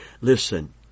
Listen